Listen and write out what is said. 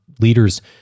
leaders